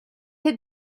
had